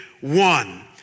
one